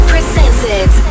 Presented